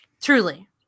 Truly